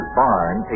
barn